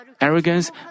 arrogance